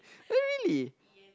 really